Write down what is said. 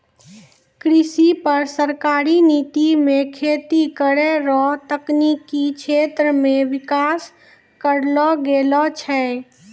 कृषि पर सरकारी नीति मे खेती करै रो तकनिकी क्षेत्र मे विकास करलो गेलो छै